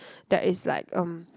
that is like um